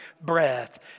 breath